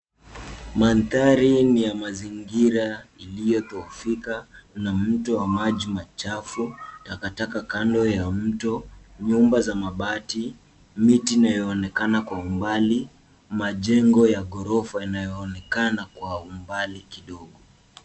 Mandhari ni ya mazingira iliyo thoofika na mto wa maji machafu, takataka kando ya mto ,nyumba za mabati ,miti inayoonekana kwa umbali majengo ya ghorofa inayoonekana kwa mbali kidogo.